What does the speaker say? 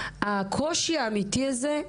הקושי האמיתי הזה,